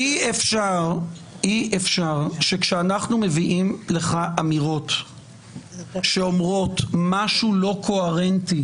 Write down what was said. אי אפשר שכאשר אנחנו מביאים לך אמירות שאומרות משהו לא קוהרנטי,